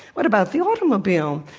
what about the automobile?